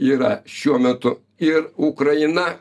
yra šiuo metu ir ukraina